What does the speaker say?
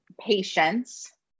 patience